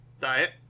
diet